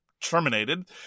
terminated